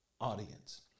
audience